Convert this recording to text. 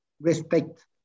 respect